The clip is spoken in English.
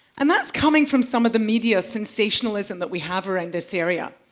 and that's coming from some of the media sensationalism that we have around this area.